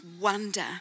wonder